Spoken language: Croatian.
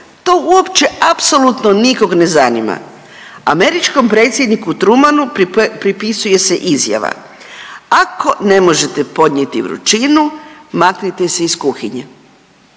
to uopće apsolutno nikog ne zanima. Američkom predsjedniku Trumanu pripisuje se izjava, ako ne možete podnijeti vrućinu, maknite se iz kuhinje.